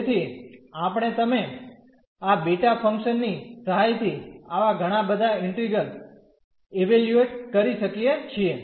તેથી આપણે તમે આ બીટા ફંક્શન ની સહાયથી આવા ઘણા બધા ઈન્ટિગ્રલ ઇવેલ્યુએટ કરી શકીએ છીએ